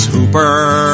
Hooper